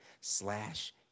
slash